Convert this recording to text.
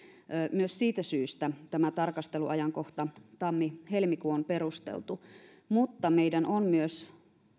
myös siitä syystä tämä tarkasteluajankohta tammi helmikuu on perusteltu mutta on myös